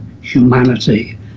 humanity